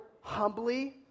humbly